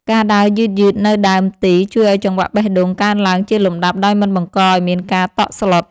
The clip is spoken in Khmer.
ការដើរយឺតៗនៅដើមទី ជួយឱ្យចង្វាក់បេះដូងកើនឡើងជាលំដាប់ដោយមិនបង្កឱ្យមានការតក់ស្លុត។